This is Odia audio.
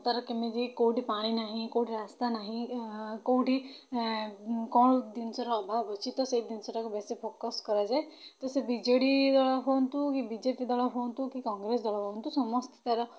ତା'ର କେମିତି କେଉଁଠି ପାଣି ନାହିଁ କେଉଁଠି ରାସ୍ତା ନାହିଁ କେଉଁଠି କ'ଣ ଜିନିଷର ଅଭାବ ଅଛି ତ ସେହି ଜିନିଷଟାକୁ ବେଶୀ ଫୋକସ୍ କରାଯାଏ ତ ସେ ବି ଜେ ଡ଼ି ଦଳ ହୁଅନ୍ତୁ କି ବି ଜେ ପି ଦଳ ହୁଅନ୍ତୁ କି କଂଗ୍ରେସ୍ ଦଳ ହୁଅନ୍ତୁ ସମସ୍ତେ ତା'ର